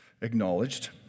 acknowledged